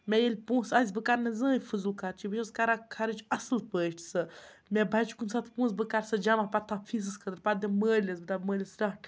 مےٚ ییٚلہِ پونٛسہٕ آسہِ بہٕ کَرٕ نہٕ زٕہںۍ فضوٗل خرچی بہٕ چھَس کَران خرٕچ اَصٕل پٲٹھۍ سُہ مےٚ بچہِ کُنہِ ساتہٕ پونٛسہٕ بہٕ کَرٕ سُہ جمع پَتہٕ تھَو فیٖسَس خٲطرٕ پَتہٕ دِمہٕ مٲلِس دَپہٕ مٲلِس رَٹھ